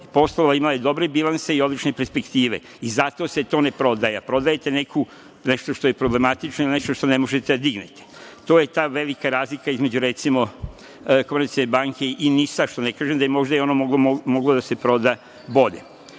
poslovala, imala je dobre bilanse i odlične perspektive i zato se to ne prodaje, a prodajete nešto što je problematično ili nešto što ne možete da dignete. To je ta velika razlika između, recimo, „Komercijalne banke“ i NIS-a, što ne kažem da je možda i ono moglo da se proda